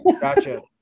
gotcha